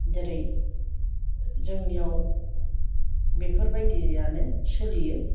जेरै जोंनियाव बेफोरबायदियानो सोलियो